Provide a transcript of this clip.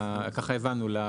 ככה הבנו.